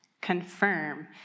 confirm